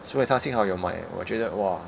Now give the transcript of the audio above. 所以他幸好有买我觉得 !wah!